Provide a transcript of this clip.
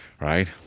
right